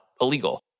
illegal